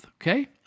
okay